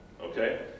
okay